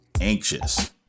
anxious